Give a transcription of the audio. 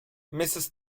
mrs